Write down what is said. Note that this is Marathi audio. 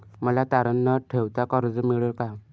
मला तारण न ठेवता कर्ज मिळेल का?